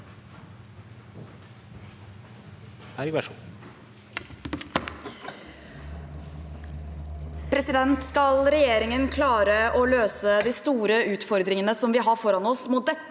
Skal re- gjeringen klare å løse de store utfordringene vi har foran oss, må dette